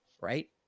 right